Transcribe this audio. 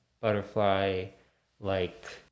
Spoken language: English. butterfly-like